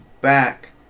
back